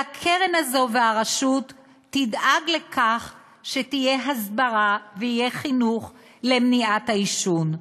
והקרן הזאת או הרשות הזאת ידאגו שתהיה הסברה ויהיה חינוך למניעת העישון.